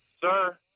Sir